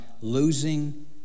losing